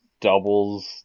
doubles